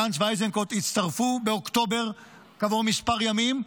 גנץ ואיזנקוט הצטרפו באוקטובר, כעבור כמה ימים,